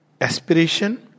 Aspiration